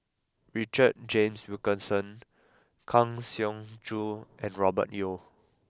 Richard James Wilkinson Kang Siong Joo and Robert Yeo